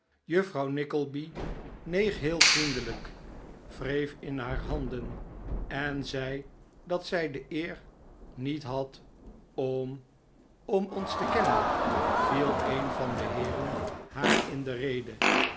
juffrouw nickleby neeg heel vriendelijk wreef in haar handen en zei dat zij de eer niet had om om ons te kennen viel een van de heeren haar in de rede